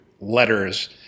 letters